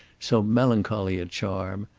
so melancholy a charm.